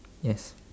yes